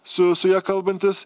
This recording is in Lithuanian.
su su ja kalbantis